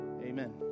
Amen